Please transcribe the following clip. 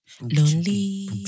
Lonely